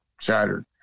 shattered